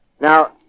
Now